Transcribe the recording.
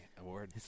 award